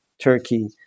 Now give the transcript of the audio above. Turkey